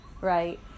Right